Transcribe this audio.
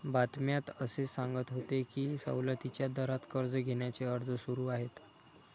बातम्यात असे सांगत होते की सवलतीच्या दरात कर्ज घेण्याचे अर्ज सुरू आहेत